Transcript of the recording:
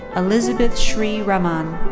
elizabeth shree raman.